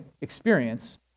experience